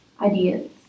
ideas